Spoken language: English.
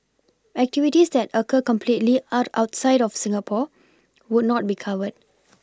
activities that occur completely out outside of Singapore would not be covered